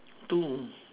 two